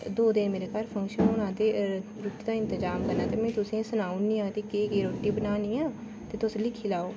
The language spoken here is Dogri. दौं दिन मेरे घर फंक्शन होना ते फिर रुट्टी दा इंतजाम करना ते अ'ऊं सनान्नी आं कि रुट्टी बनानी ऐ ते तुस दिक्खी लैओ